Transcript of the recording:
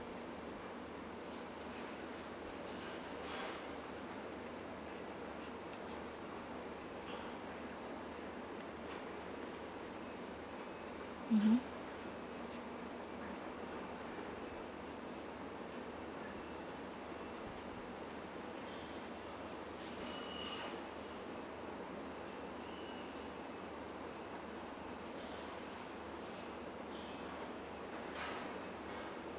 mmhmm